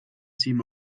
seem